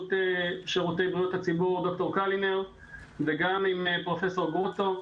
שירותי בריאות הציבור עם ד"ר קלינר וגם עם פרופ' גרוטו.